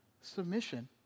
Submission